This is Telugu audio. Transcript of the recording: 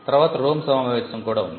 తర్వాత ROME సమావేశం కూడా ఉంది